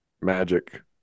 Magic